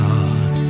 God